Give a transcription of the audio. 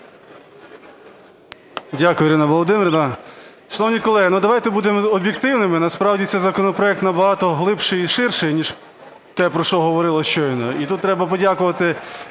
Дякую, Ірина Володимирівна. Шановні колеги, ну, давайте будемо об'єктивними: насправді цей законопроект набагато глибший і ширший, ніж те, про що говорилося щойно. І тут треба подякувати